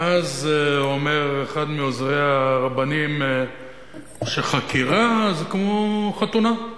ואז אומר אחד מעוזרי הרבנים שחקירה זה כמו חתונה,